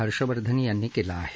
हर्षवर्धन यांनी केला आहे